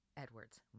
Edwards